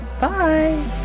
Bye